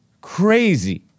crazy